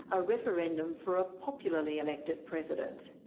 a referendum for a popularly elected president.